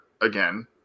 again